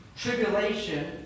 tribulation